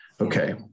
Okay